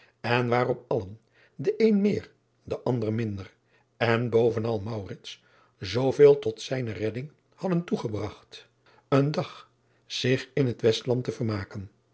ijnslager len de een meer de ander minder en bovenal zooveel tot zijne redding hadden toegebragt een dag zich in het estland te vermaken